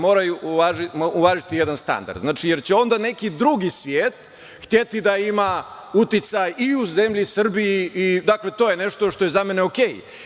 Mora se uvažiti jedan standard, jer će onda neki drugi svet hteti da ima uticaj i u zemlji Srbiji i to je nešto što je za mene okej.